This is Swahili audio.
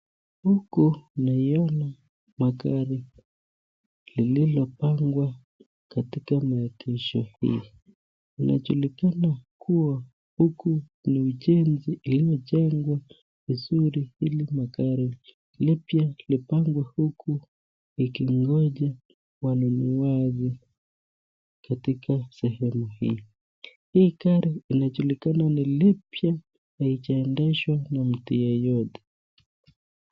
Huku naona magari iliyopangwa katika maegesho hii, inajulikana kuwa huku ni ujenzi uliojengwa vizuri ili magari mapya tapangwe huku wakingoja wanunuaji, katika sehemu hii, hii gari inajulikana ni lipya na halijaedeshwa na mtu yeyote.